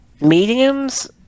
mediums